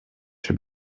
się